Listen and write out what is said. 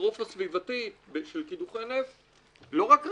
קטסטרופה סביבתית של קידוחי נפט לא רק רחוקות,